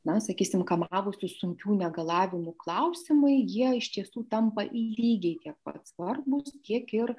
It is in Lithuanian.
na sakysim kamavusių sunkių negalavimų klausimai jie iš tiesų tampa lygiai tiek pat svarbūs kiek ir